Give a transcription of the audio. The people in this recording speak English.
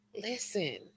Listen